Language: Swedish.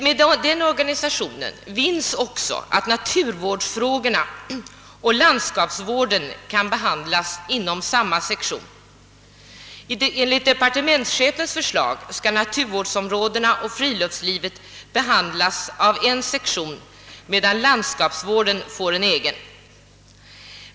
Med denna organisation vinnes dessutom att naturvårdsoch landskapsvårdsfrågorna kan behandlas inom samma sektion. Enligt departementschefens förslag skall naturvården och friluftslivet behandlas av en sektion medan landskapsvården får en egen.